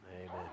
Amen